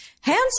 Hands